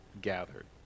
gathered